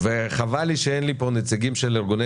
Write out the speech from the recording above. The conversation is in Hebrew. וחבל לי שאין לי פה נציגים של ארגוני